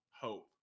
Hope